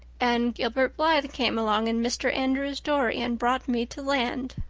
and gilbert blythe came along in mr. andrews's dory and brought me to land.